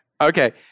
Okay